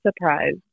surprise